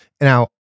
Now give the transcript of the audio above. Now